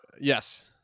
Yes